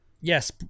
yes